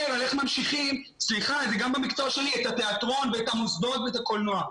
על איך ממשיכים את התיאטרון ואת המוסדות ואת הקולנוע.